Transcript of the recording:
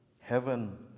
heaven